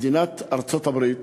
מדינת ארצות-הברית